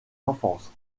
enfance